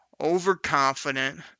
overconfident